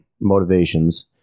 motivations